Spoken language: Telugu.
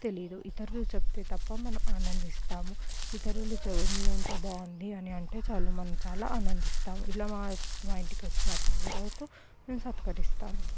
తెలియదు ఇతరులు చెప్తే తప్ప మనం ఆనందిస్తాము ఇతరులు చె మీ వంట బాగుంది అని అంటే చాలు మనం చాలా ఆనందిస్తాము ఇలా మా మా ఇంటికొచ్చిన అతిథులకు మేము సత్కరిస్తాము